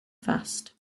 fast